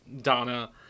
donna